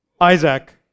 Isaac